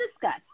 discuss